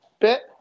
bit